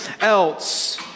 else